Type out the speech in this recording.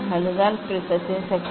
அதுதான் ப்ரிஸத்தின் சக்தி